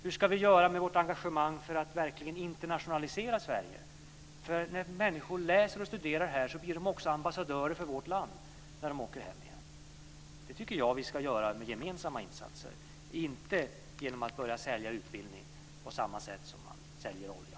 Hur ska vi göra med vårt engagemang för att verkligen internationalisera Sverige? När människor studerar här blir de ju också ambassadörer får vårt land när de åker hem igen. Det här tycker jag alltså att vi ska göra med gemensamma insatser, inte genom att börja sälja utbildning på samma sätt som man säljer olja.